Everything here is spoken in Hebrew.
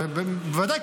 בוודאי,